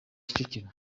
kicukiro